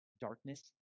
Darkness